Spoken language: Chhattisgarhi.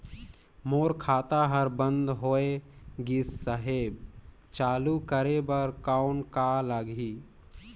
मोर खाता हर बंद होय गिस साहेब चालू करे बार कौन का लगही?